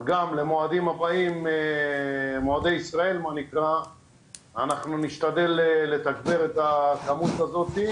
למועדים הבאים של מועדי ישראל אנחנו נשתדל לתגבר את הכמות הזאת,